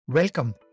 Welcome